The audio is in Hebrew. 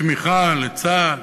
ותמיכה לצה"ל,